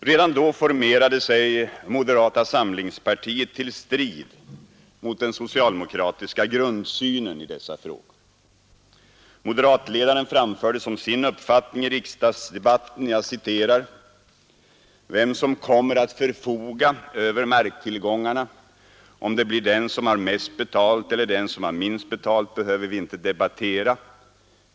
Redan då formerade sig moderata samlingspartiet till strid mot den socialdemokratiska grundsynen i dessa frågor. Moderatledaren framförde som sin uppfattning i riksdagsdebatten: ”Vem som kommer att förfoga över marktillgångarna, om det blir den som har mest betalt eller den som har minst betalt, behöver vi inte debattera.